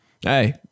Hey